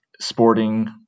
sporting